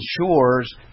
ensures